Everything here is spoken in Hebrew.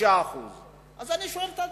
9%. אז אני שואל את עצמי,